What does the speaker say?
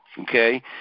okay